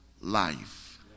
life